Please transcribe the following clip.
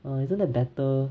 err isn't that better